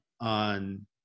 on